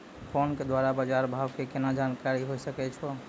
Phone के द्वारा बाज़ार भाव के केना जानकारी होय सकै छौ?